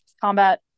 combat